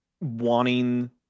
wanting